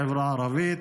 לחברה הערבית,